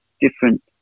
different